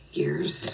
years